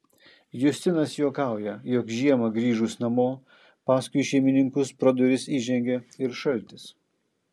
justinas juokauja jog žiemą grįžus namo paskui šeimininkus pro duris įžengia ir šaltis